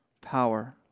power